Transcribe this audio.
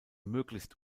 möglichst